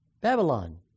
Babylon